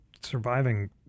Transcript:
surviving